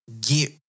get